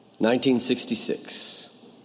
1966